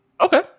Okay